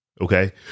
Okay